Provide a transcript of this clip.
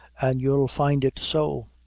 an' you'll find it so.